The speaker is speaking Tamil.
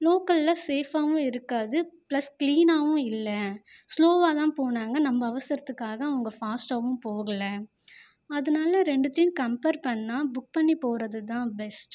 லோக்கலில் சேஃபாகவும் இருக்காது பிளஸ் க்ளீனாகவும் இல்லை ஸ்லோவாகதான் போனாங்க நம்ப அவசரத்துக்காக அவங்க ஃபாஸ்டாகவும் போகலை அதனால ரெண்டுத்தையும் கம்பேர் பண்ணுணா புக் பண்ணி போகிறதுதான் பெஸ்ட்